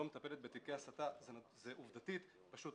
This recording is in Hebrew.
לא מטפלת בתיקי הסתה עובדתית זה פשוט